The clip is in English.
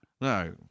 no